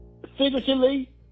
Figuratively